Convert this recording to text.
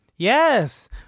yes